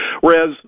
Whereas